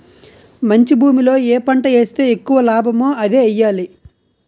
మంచి భూమిలో ఏ పంట ఏస్తే ఎక్కువ లాభమో అదే ఎయ్యాలి